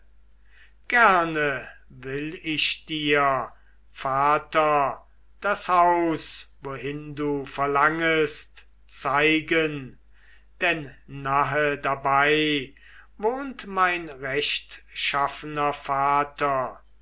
gerne will ich dir vater das haus wohin du verlangest zeigen denn nahe dabei wohnt mein rechtschaffener vater